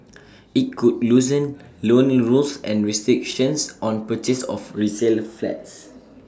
IT could loosen loan rules and restrictions on purchase of resale flats